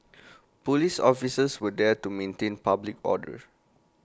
Police officers were there to maintain public order